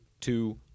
two